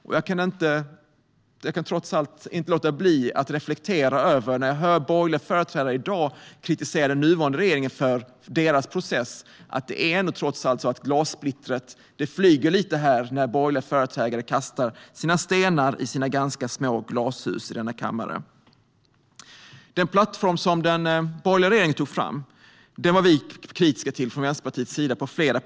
När jag hör borgerliga företrädare i dag kritisera den nuvarande regeringen för dess process kan jag inte låta bli att reflektera över den borgerliga regeringens process. Trots allt flyger glassplittret i denna kammare när borgerliga företrädare kastar sina stenar i sina ganska små glashus. Vi från Vänsterpartiet var på flera punkter kritiska mot den plattform som den borgerliga regeringen tog fram.